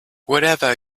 whatever